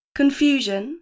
confusion